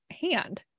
hand